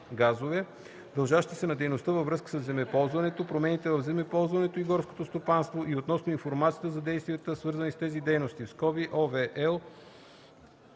газове, дължащи се на дейности във връзка със земеползването, промените в земеползването и горското стопанство, и относно информация за действията, свързани с тези дейности